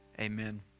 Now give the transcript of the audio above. Amen